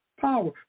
power